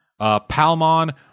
Palmon